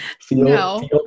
feel